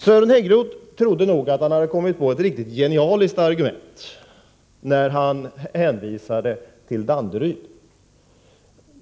Sören Häggroth trodde nog att han kommit på ett riktigt genialiskt argument när han hänvisade till Danderyd.